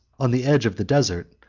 on the edge of the desert,